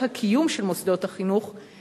הקיום של מוסדות החינוך בשנים האחרונות,